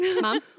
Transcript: mom